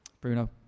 Bruno